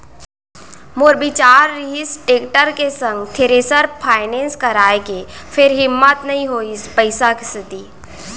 मोर बिचार रिहिस टेक्टर के संग थेरेसर फायनेंस कराय के फेर हिम्मत नइ होइस पइसा के सेती